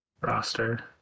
roster